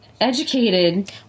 educated